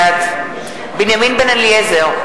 בעד בנימין בן-אליעזר,